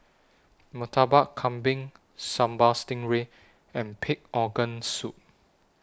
Murtabak Kambing Sambal Stingray and Pig Organ Soup